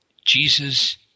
Jesus